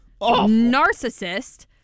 narcissist